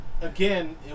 again